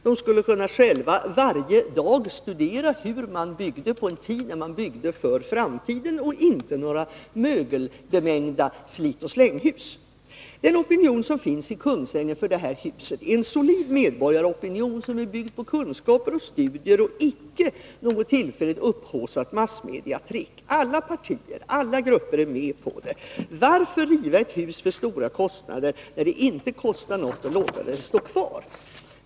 De skulle kunna själva varje dag studera hur man byggde på en tid då man byggde för framtiden — inte några mögelbemängda slitochsläng-hus. Den opinion som finns i Kungsängen för detta hus är en solid medborgaropinion, byggd på kunskaper och studier, icke något tillfälligt, upphaussat massmedietrick. Alla partier, alla grupper är med på det. Varför riva ett hus för stora kostnader när det inte kostar något att låta det stå kvar?